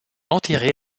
enterré